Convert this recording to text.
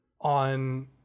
on